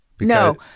No